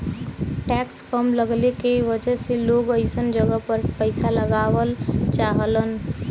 tax कम लगले के वजह से लोग अइसन जगह पर पइसा लगावल चाहलन